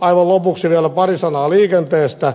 aivan lopuksi vielä pari sanaa liikenteestä